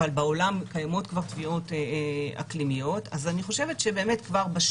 אבל בעולם קיימות כבר תביעות אקלימיות אני חושבת שבשלה